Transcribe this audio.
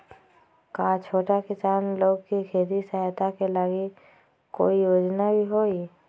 का छोटा किसान लोग के खेती सहायता के लगी कोई योजना भी हई?